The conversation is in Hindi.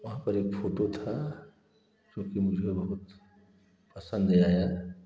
वहाँ पर एक फोटो था जो कि मुझे बहुत पसंद आया